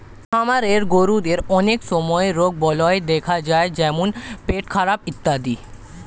খামারের গরুদের অনেক সময় রোগবালাই দেখা যায় যেমন পেটখারাপ ইত্যাদি